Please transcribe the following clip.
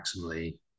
maximally